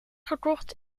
gekocht